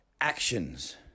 actions